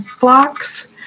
blocks